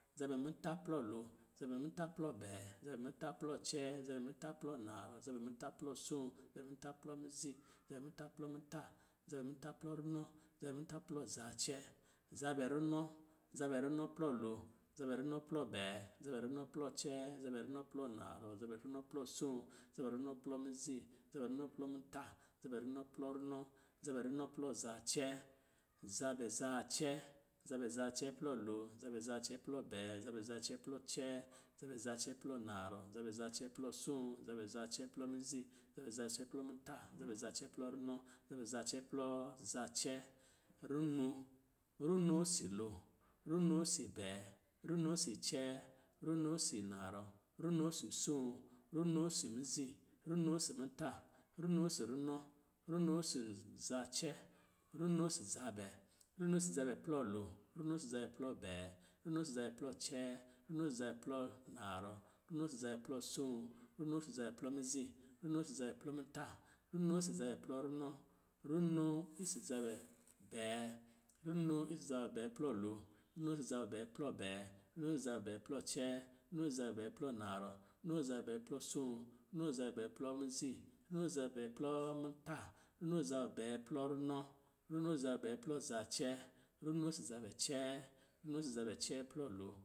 Zabɛ muta plɔ lo, zabɛ muta plɔ bɛɛ, zabɛ muta plɔ cɛɛ, zabɛ muta plɔ narɛ, zabɛ muta plɔ soo, zabɛ muta plɔ mizi, zabɛ muta plɔ muta, zabɛ muta plɔ runɔ, zabɛ muta plɔ zacɛɛ, zabɛ runɔ, zabɛ runɔ plɔ lo, zabɛ runɔ plɔ bɛɛ, zabɛ runɔ plɔ cɛɛ, zabɛ runɔ plɔ narɔ, zabɛ runɔ plɔ soo, zabɛ runɔ plɔn mizi, zabɛ runɔ plɔ muta, zabɛ runɔ plɔ runɔ, zabɛ runɔ plɔ zacɛɛ, zabɛ zacɛɛ, zabɛ zacɛɛ plɔ lo, zabɛ zacɛɛ plɔ bɛɛ, zabɛ zacɛɛ plɔ cɛɛ, zabɛ zacɛɛ plɔ narɔ, zabɛ zacɛɛ plɔ soo, zabɛ zacɛɛ plɔ mizi, zabɛ zacɛɛ plɔ muta, zabɛ zacɛɛ plɔ runɔ, zabɛ zacɛɛ plɔ zacɛɛ, runo, runo si lo, runo si bɛɛ, runo si cɛɛ, runo si narɔ, runo si soo, runo si mizi, runo si muta, runo si runɔ, runo si zacɛɛ, runo si zabɛɛ, runo si zabɛ plɔ lo, runo si zabɛ plɔ bɛɛ, runo si zabɛ plɔ cɛɛ, runo si zabɛ plɔ narɔ, runo si zabɛ plɔ soo, runo si zabɛ plɔ mizi, runo si zabɛ plɔ muta, runo si zabɛ plɔ runɔ, runo si zabɛ plɔ bɛɛ, runo si zabɛ bɛɛ plɔ lo, runo si zabɛ bɛɛ plɔ bɛɛ, runo si zabɛ bɛɛ plɔ cɛɛ, runo si zabɛ bɛɛ plɔ narɔ, runo si zabɛ bɛɛ plɔ soo, runo si zabɛ bɛɛ plɔ mizi, runo si zabɛ bɛɛ plɔ muta, runo si zabɛ bɛɛ plɔ runɔ, runo si zabɛ bɛɛ plɔ zacɛɛ, runo si zabɛ cɛɛ, runo si zabɛ cɛɛ plɔ lo